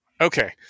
okay